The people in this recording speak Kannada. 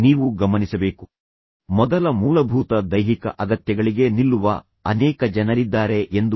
ಈಗ ಅಪ್ಪ ಒತ್ತಾಯಿಸುತ್ತಿದ್ದಾರೆ ಸರಿ ನಿಮಗೆ ದೊರೆತಿದ್ದರೆ ನಾನು ನನ್ನ ವಾಗ್ದಾನವನ್ನು ಪಾಲಿಸುತ್ತೇನೆ